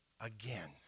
again